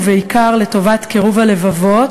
ובעיקר לטובת קירוב הלבבות